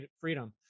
freedom